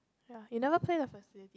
ya you never play the facilities